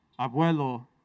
abuelo